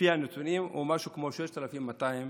לפי הנתונים, הוא משהו כמו 6,200 שקלים.